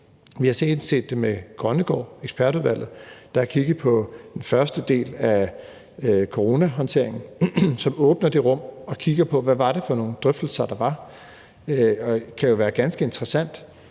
senest set det med Grønnegård-udvalget, ekspertudvalget, der har kigget på den første del af coronahåndteringen, som åbner det rum og kigger på, hvad det var for nogle drøftelser, der var. Det kan jo være ganske interessant,